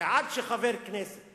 הרי עד שחבר כנסת